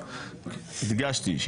הדגשתי,